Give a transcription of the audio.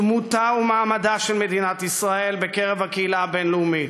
דמותה ומעמדה של מדינת ישראל בקרב הקהילה הבין-לאומית.